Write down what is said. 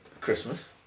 Christmas